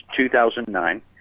2009